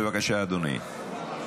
בבקשה, אדוני.